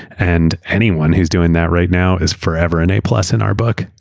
and anyone who's doing that right now is forever an a plus in our book.